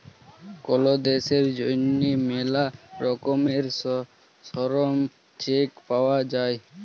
লকদের জ্যনহে ম্যালা রকমের শরম চেক পাউয়া যায়